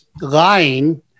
lying